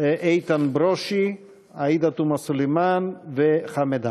איתן ברושי, עאידה תומא סלימאן וחמד עמאר.